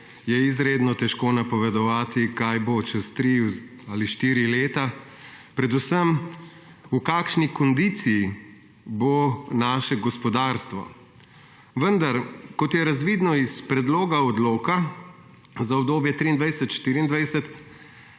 izredno težko napovedovati, kaj bo čez tri ali štiri leta, predvsem v kakšni kondiciji bo naše gospodarstvo. Vendar kot je razvidno iz predloga odloka za obdobje 2023–2024,